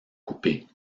couper